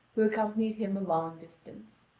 who accompanied him a long distance.